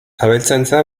abeltzaintza